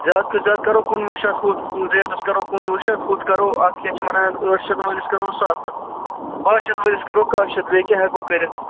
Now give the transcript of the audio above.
زیادٕ کھۄتہٕ زیادٕ کَرو کُنوُہ شَتھ ہُتھ ریٹس کَرو کُنوُہ شَتھ ہُتھ کرو اتھ کیٛاہ چھِ وَنان ٲٹھ شَتھ وٲلِس کَرو سَتھ ہَتھ باہ شَتھ وٲلِس کَرو کاہ شَتھ بیٚیہِ کیٛاہ ہٮ۪کو کٔرِتھ